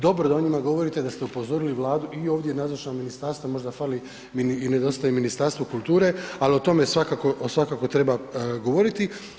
Dobro da o njima govorite, da ste upozorili Vladu i ovdje nazočna ministarstva, možda fali i nedostaje Ministarstvo kulture, ali o tome svakako treba govoriti.